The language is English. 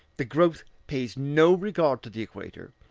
the growth pays no regard to the equator,